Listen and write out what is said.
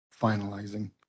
finalizing